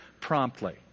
promptly